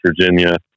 Virginia